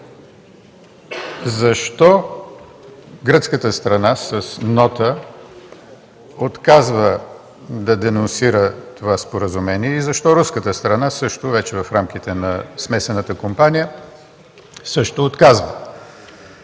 защо гръцката страна с нота отказва да денонсира това споразумение и защо руската страна – вече в рамките на смесената компания, също отказва,